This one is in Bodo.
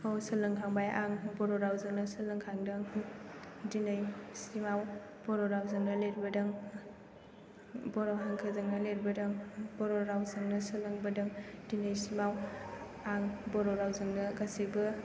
औ सोलोंखांबाय आं बर' रावजोंनो सोलोंखांदों दिनैसिमाव बर' रावजोंनो लिरबोदों बर' हांखोजोंनो लिरबोदों बर' रावजोंनो सोलोंबोदों दिनैसिमाव आं बर' रावजोंनो गासैबो